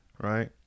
right